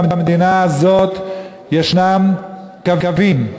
במדינה הזאת יש קווים,